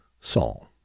Saul